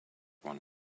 one